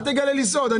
אל תגלה לי סוד.